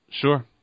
Sure